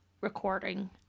recording